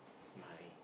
my